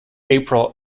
april